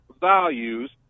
values